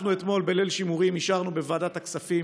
אנחנו אתמול, בליל שימורים, אישרנו בוועדת הכספים